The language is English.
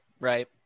right